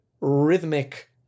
rhythmic